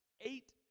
eight